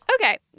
Okay